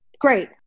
Great